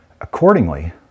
Accordingly